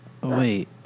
Wait